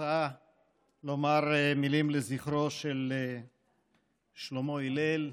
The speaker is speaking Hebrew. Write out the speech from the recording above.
ההצעה לומר מילים לזכרו של שלמה הלל,